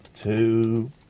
Two